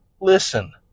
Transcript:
Listen